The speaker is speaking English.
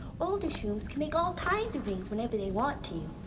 older shrooms can make all kinds of rings whenever they want to.